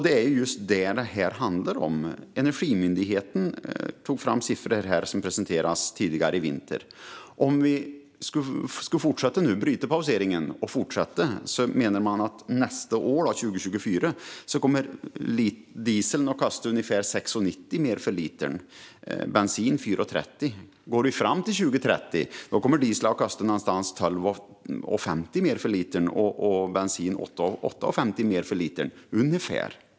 Det är just detta det handlar om. Energimyndigheten har tagit fram siffror som presenterades i vintras: Om vi skulle bryta pauseringen och fortsätta skulle dieseln nästa år, 2024, kosta ungefär 6,90 mer per liter och bensinen 4,30 mer. Framme vid 2030 kommer dieseln att kosta runt 12,50 mer per liter och bensinen 8,50 mer.